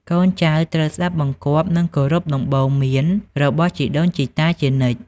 កូនចៅត្រូវស្ដាប់បង្គាប់ និងគោរពដំបូន្មានរបស់ជីដូនជីតាជានិច្ច។